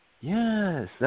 yes